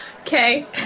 Okay